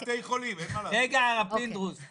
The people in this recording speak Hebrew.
הרב פינדרוס,